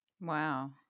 wow